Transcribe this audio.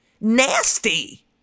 nasty